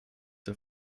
der